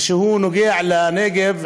שהוא נוגע בנגב,